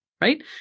right